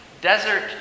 Desert